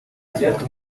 zifata